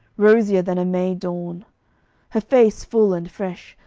rosier than a may dawn her face full and fresh,